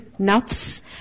nafs